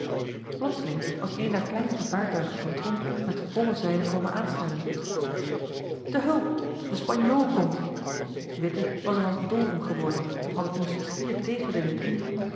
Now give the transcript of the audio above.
plotseling was een der kleinste vaartuigen van tromp met volle zeilen komen aansnellen te hulp de spanjool komt witte was er als dol om geworden want het moest schier tegen den wind in